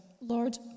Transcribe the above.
lord